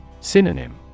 Synonym